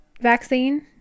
vaccine